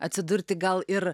atsidurti gal ir